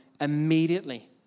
immediately